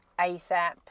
ASAP